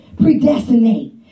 predestinate